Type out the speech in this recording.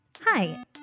Hi